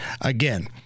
again